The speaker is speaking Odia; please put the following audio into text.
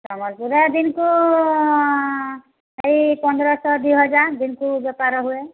ପୁରା ଦିନକୁ ଏଇ ପନ୍ଦରଶହ ଦୁଇ ହଜାର ଦିନକୁ ବେପାର ହୁଏ